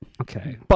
Okay